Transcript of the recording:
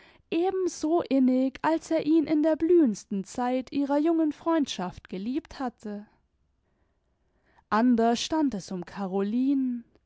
so innig als er ihn in der blühendsten zeit ihrer jungen freundschaft geliebt hatte anders stand es um carolinen